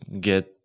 get